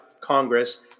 Congress